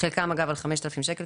חלקם אגב על 5,000 שקל,